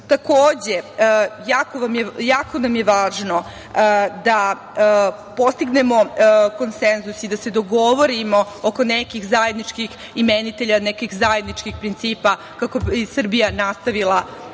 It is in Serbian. periodu. Takođe, jako nam je važno da postignemo konsenzus i da se dogovorimo oko nekih zajedničkih imenitelja, nekih zajedničkih principa, kako bi Srbija nastavila